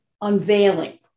unveiling